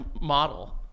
model